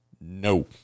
No